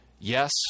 Yes